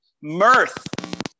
mirth